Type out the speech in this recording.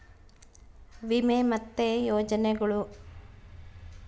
ವಿಮೆ ಮತ್ತೆ ಯೋಜನೆಗುಳು